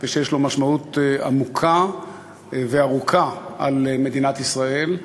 ויש לו משמעות עמוקה וארוכה על מדינת ישראל,